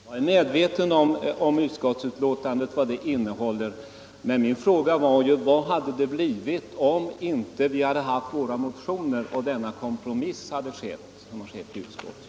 Herr talman! Jag är medveten om vad utskottsbetänkandet innehåller, men min fråga löd: Vad hade det blivit om vi inte hade haft våra motioner och om inte denna kompromiss skett i utskottet?